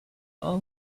all